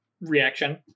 reaction